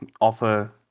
offer